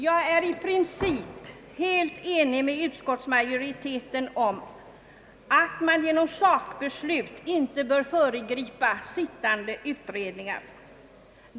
Jag är i princip helt enig med utskottsmajoriteten om att man genom sakbeslut inte bör föregripa sittande utredningar.